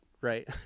right